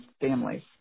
families